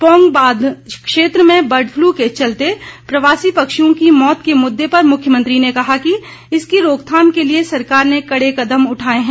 पौंग बांध क्षेत्र में बर्ड फलू के चलते प्रवासी पक्षियों की मौत के मुद्दे पर मुख्यमंत्री ने कहा कि इसकी रोकथाम के लिए सरकार ने कड़े कदम उठाए हैं